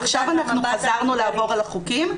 עכשיו אנחנו חזרנו לעבור על החוקים.